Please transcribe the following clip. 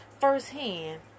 firsthand